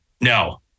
No